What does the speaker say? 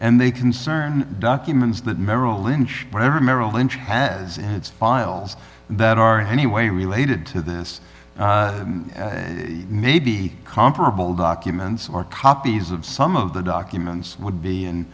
and they concern documents that merrill lynch whatever merrill lynch has in its files that are in any way related to this may be comparable documents or copies of some of the documents would be